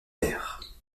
terres